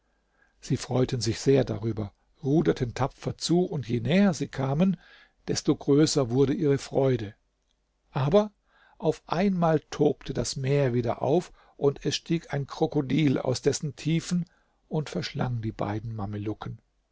sie freuten sich sehr darüber ruderten tapfer zu und je näher sie kamen desto größer wurde ihre freude aber auf einmal tobte das meer wieder auf und es stieg ein krokodil aus dessen tiefen und verschlang die beiden